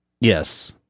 Yes